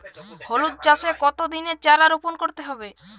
হলুদ চাষে কত দিনের চারা রোপন করতে হবে?